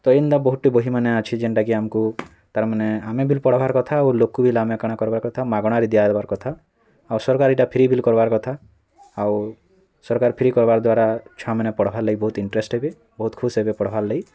ତ ଏନ୍ତା ବହୁଟେ ବହିମାନେ ଅଛେ ଯେନ୍ଟାକି ଆମକୁ ତା'ର୍ ମାନେ ଆମେ ବିଲ୍ ପଢ଼୍ବାର୍ କଥା ଆଉ ଲୋକ ବିଲ୍ ଆମେ କାଣା କରବା କଥା ମାଗଣାରେ ଦିଆବାର୍ କଥା ଆଉ ସରକାର ଏଟା ଫ୍ରି ବିଲ୍ କରବାର କଥା ଆଉ ସରକାର ଫ୍ରି କର୍ବାର୍ ଦ୍ଵାରା ଛୁଆମାନେ ପଢ଼୍ବାର୍ ଲାଗି ବହୁତ୍ ଇଂଟରେଷ୍ଟ ହେବେ ବହୁତ୍ ଖୁସ୍ ହେବେ ପଢ଼୍ବାର୍ ଲାଗି